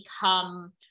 become